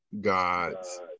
God's